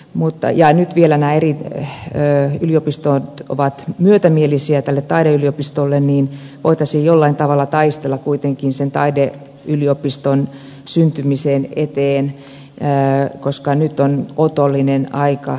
nyt kun vielä nämä eri yliopistot ovat myötämielisiä tälle taideyliopistolle niin voitaisiin jollain tavalla kuitenkin taistella sen taideyliopiston syntymisen eteen koska nyt on otollinen aika sille